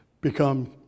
become